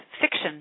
fiction